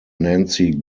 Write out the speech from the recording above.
nancy